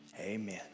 amen